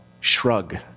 shrug